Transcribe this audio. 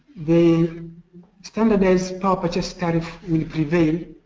the standardized power purchase tariff will prevail.